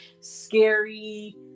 scary